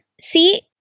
see